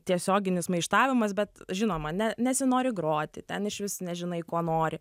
tiesioginis maištavimas bet žinoma ne nesinori groti ten išvis nežinai ko nori